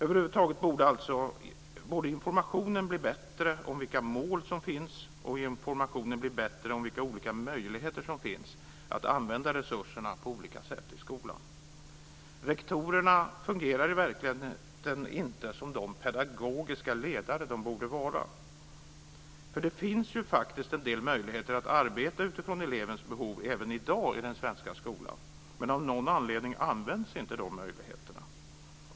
Över huvud taget borde informationen bli bättre både om vilka mål som finns och om vilka olika möjligheter som finns när det gäller att använda resurserna på olika sätt i skolan. Rektorerna fungerar i verkligheten inte som de pedagogiska ledare de borde vara. Det finns ju faktiskt en del möjligheter att arbeta utifrån elevens behov även i dag i den svenska skolan men av någon anledning utnyttjas inte de möjligheterna.